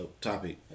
Topic